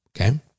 Okay